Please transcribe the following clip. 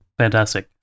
fantastic